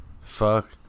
Fuck